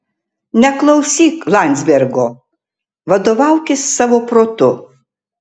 neklausyk landzbergo vadovaukis savo protu